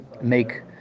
make